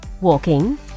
walking